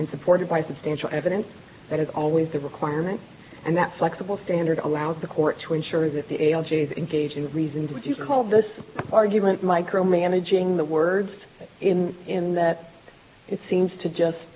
and supported by substantial evidence that is always the requirement and that flexible standard allows the court to ensure that the algaes engage in reasons which you call this argument micromanaging the words in in that it seems to just